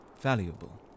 valuable